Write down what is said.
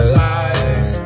life